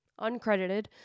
uncredited